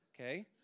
okay